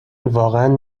واقعا